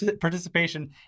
participation